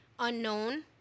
Unknown